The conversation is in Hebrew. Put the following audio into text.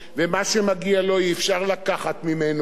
ומה שמגיע לו אי-אפשר לקחת ממנו,